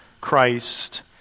Christ